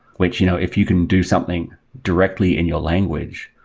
which you know if you can do something directly in your language,